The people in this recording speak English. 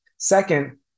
Second